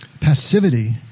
passivity